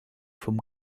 vom